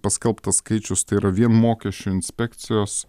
paskelbtas skaičius tai yra vien mokesčių inspekcijos